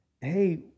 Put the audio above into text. hey